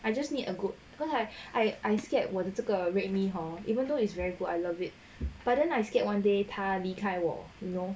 I just need a good cause I I I scared 我的这个 redmi hor even though it's very good I love it but then I scared one day 他离开我 you know